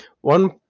one